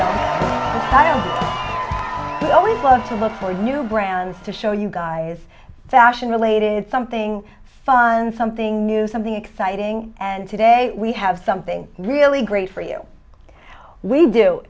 you always love to look for new brands to show you guys fashion related something fun something new something exciting and today we have something really great for you we do